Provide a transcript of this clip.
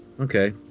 Okay